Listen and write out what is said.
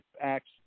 acts